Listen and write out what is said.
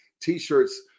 t-shirts